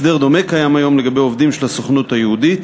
הסדר דומה קיים היום לגבי עובדים של הסוכנות היהודית